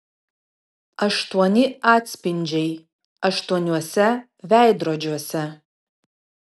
aštuoni atspindžiai aštuoniuose veidrodžiuose